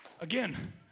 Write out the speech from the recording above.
again